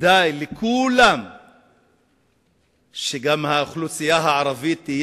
כדאי לכולם שגם האוכלוסייה הערבית תהיה